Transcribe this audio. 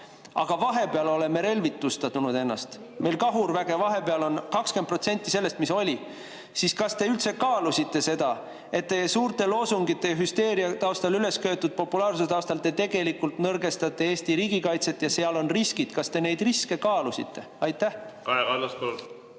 aga vahepeal oleme ennast relvitustanud, meil kahurväge vahepeal on 20% sellest, mis oli, siis kas te üldse kaalusite seda, et teie suurte loosungite ja hüsteeria taustal ülesköetud populaarsuse taustal te tegelikult nõrgestate Eesti riigikaitset ja seal on riskid. Kas te neid riske kaalusite? Kaja